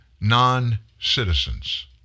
non-citizens